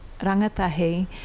rangatahi